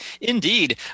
Indeed